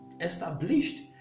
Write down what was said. established